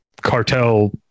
cartel